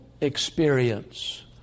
experience